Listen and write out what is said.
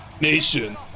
Nation